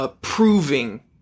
Proving